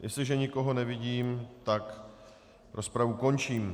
Jestliže nikoho nevidím, tak rozpravu končím.